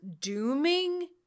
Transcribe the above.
dooming